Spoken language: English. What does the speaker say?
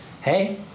Hey